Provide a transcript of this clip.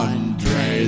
Andre